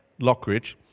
Lockridge